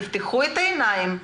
תפתחו את העיניים,